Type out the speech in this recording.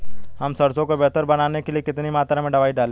हम सरसों को बेहतर बनाने के लिए कितनी मात्रा में दवाई डालें?